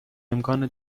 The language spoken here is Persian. امکان